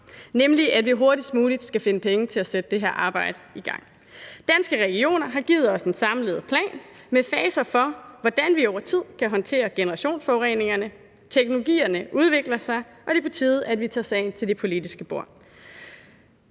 nemlig at vi hurtigst muligt skal finde penge til at sætte det her arbejde i gang. Danske Regioner har givet os en samlet plan med faser for, hvordan vi over tid kan håndtere generationsforureningerne. Teknologierne udvikler sig, og det er på tide, at vi tager sagen til det politiske bord.